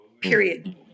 period